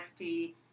XP